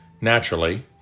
Naturally